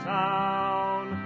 town